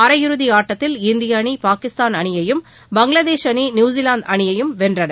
அரையிறுதி ஆட்டத்தில் இந்திய அணி பாகிஸ்தான் அணியையும் பங்களாதேஷ் அணி நியூசிலாந்து அணியையும் வென்றன